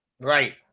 Right